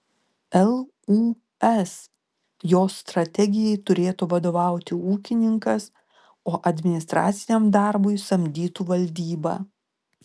lūs jos strategijai turėtų vadovauti ūkininkas o administraciniam darbui samdytų valdybą